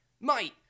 mate